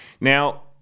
now